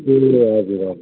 ए हजुर हजुर